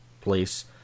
place